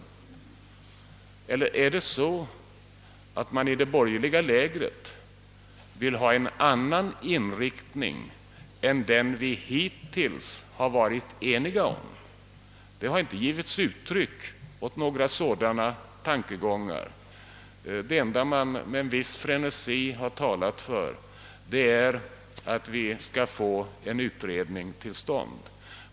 Är det möjligen så, att man i det borgerliga lägret vill ha en annan inriktning än den vi hittills har varit eniga om? Det har inte givits uttryck åt några sådana tankar — det enda man med en viss frenesi har talat för är att vi bör få en utredning till stånd.